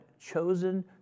chosen